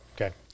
Okay